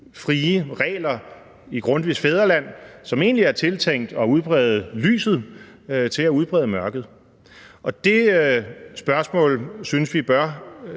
frie regler i Grundtvigs fædreland, som egentlig er tiltænkt at udbrede lyset, til at udbrede mørket. Det spørgsmål synes vi bør